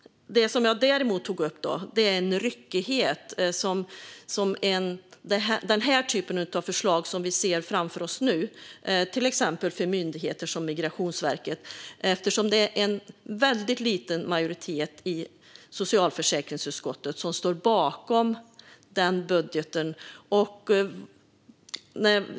Det som jag däremot tog upp är ryckigheten i den typ av förslag som vi ser framför oss nu, för till exempel myndigheter som Migrationsverket. Det är en väldigt liten majoritet i socialförsäkringsutskottet som står bakom budgeten.